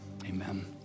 amen